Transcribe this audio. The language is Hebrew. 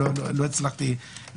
צודק.